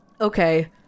okay